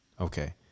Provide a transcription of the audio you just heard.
Okay